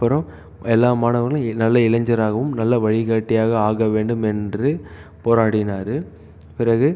அப்புறம் எல்லா மாணவர்களும் நல்ல இளைஞராகவும் நல்ல வழிகாட்டியாக ஆக வேண்டும் என்று போராடினார் பிறகு